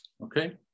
Okay